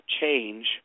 change